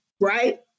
right